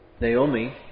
Naomi